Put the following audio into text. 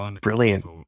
Brilliant